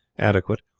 adequate,